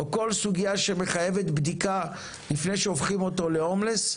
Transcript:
או כל סוגיה שמחייבת בדיקה לפני שהופכים אותו להומלס,